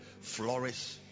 flourish